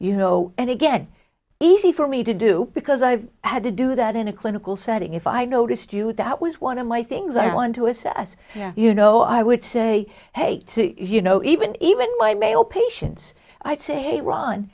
you know and again easy for me to do because i've had to do that in a clinical setting if i noticed you that was one of my things i want to assess you know i would say hate you know even even my male patients i'd say